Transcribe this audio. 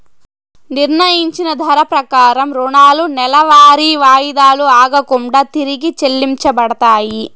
నిర్ణయించిన ధర ప్రకారం రుణాలు నెలవారీ వాయిదాలు ఆగకుండా తిరిగి చెల్లించబడతాయి